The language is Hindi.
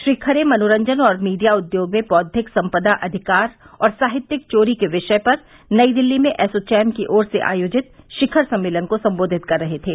श्री खरे मनोरंजन और मीडिया उद्योग में बौद्विक सपंदा अधिकार और साहित्यिक चोरी के विषय पर नई दिल्ली में एसोचैम की ओर से आयोजित शिखर सम्मेलन को संबोधित कर रहे थे